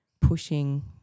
pushing